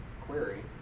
query